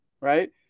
right